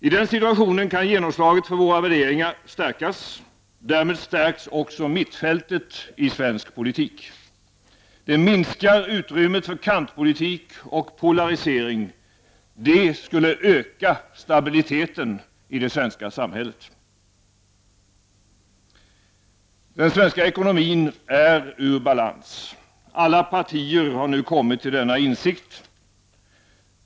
I den situationen kan genomslaget för våra värderingar stärkas. Därmed stärks också mittfältet i svensk politik. Det minskar utrymmet för kantpolitik och polarisering. Det skulle öka stabiliteten i det svenska samhället. Den svenska ekonomin är för närvarande ur balans. Alla partier har nu kommit till denna insikt.